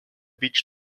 beach